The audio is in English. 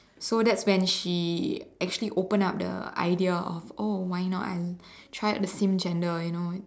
so that's when she actually open up the idea of oh why not I try out the same gender you know